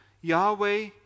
Yahweh